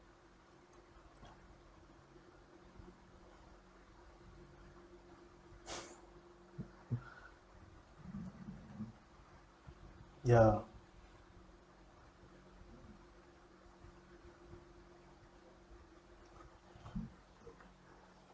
ya